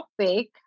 topic